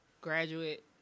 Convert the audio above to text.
graduate